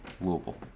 Louisville